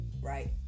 right